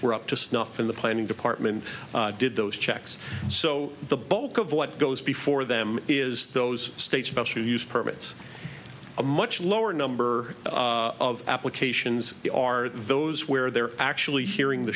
were up to snuff in the planning department did those checks so the bulk of what goes before them is those states but you use permits a much lower number of applications are those where they're actually hearing the